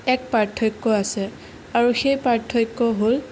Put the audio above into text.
এক পাৰ্থক্য আছে আৰু সেই পাৰ্থক্য হ'ল